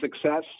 success